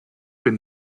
been